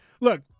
Look